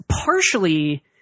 partially